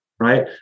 Right